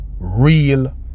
real